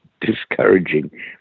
discouraging